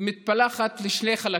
מתפלחת לשני חלקים: